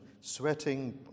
sweating